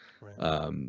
Right